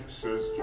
says